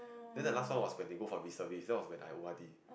then the last one was when they go for reservist that's when I O_R_D